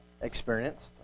experienced